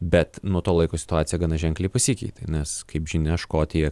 bet nuo to laiko situacija gana ženkliai pasikeitė nes kaip žinia škotija